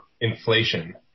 inflation